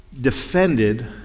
defended